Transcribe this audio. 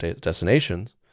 destinations